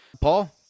Paul